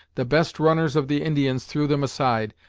the best runners of the indians threw them aside,